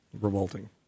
revolting